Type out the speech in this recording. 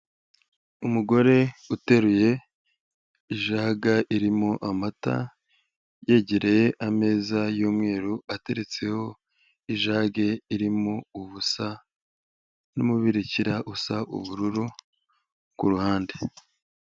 Umugore uteruye jaga irimo amata, yegereye ameza y'umweru ateretseho ijage irimo ubusa, n'umubirikira usa ubururu kuruhande.